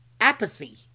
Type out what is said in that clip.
apathy